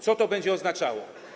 Co to będzie oznaczało?